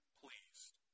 pleased